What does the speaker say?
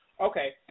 Okay